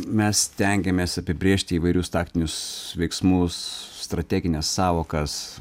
mes stengiamės apibrėžti įvairius taktinius veiksmus strategines sąvokas